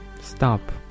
Stop